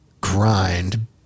grind